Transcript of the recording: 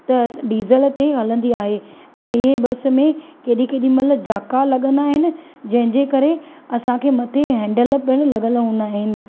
त डिज़ल ते हलन्दी आहे ऐं इहे बस में केॾी केॾी महिल झाका लॻंदा आहिनि जंहिंजे करे असांखे मथे हैंडल पिणु लॻलि हूंदा आहिनि